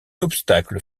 obstacle